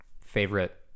favorite